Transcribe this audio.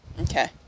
Okay